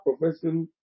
profession